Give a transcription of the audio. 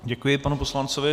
Děkuji panu poslanci.